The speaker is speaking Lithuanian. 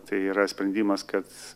tai yra sprendimas kad